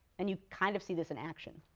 and you kind of see this in action.